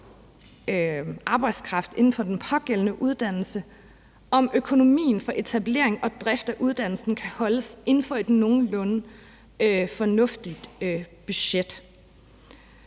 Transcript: arbejdskraft med den pågældende uddannelse; og om økonomien for etablering og drift af uddannelsen kan holdes inden for et nogenlunde fornuftigt budget.